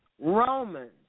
Romans